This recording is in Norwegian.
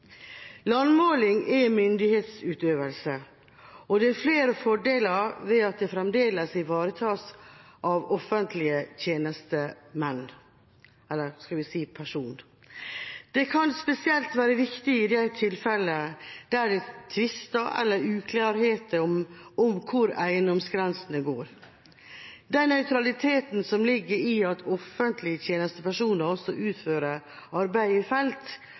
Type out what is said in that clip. Landmåling er myndighetsutøvelse, og det er flere fordeler ved at det fremdeles ivaretas av offentlige tjenestepersoner. Det kan spesielt være viktig i tilfeller der det er tvister eller uklarheter om hvor eiendomsgrensene går. Den nøytraliteten som ligger i at offentlige tjenestepersoner også utfører arbeidet i felt,